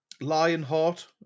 Lionheart